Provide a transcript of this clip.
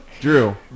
Drew